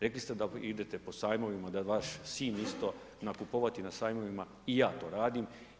Rekli ste da idete po sajmovima, da je vaš cilj isto nakupovati na sajmovima i ja to radim.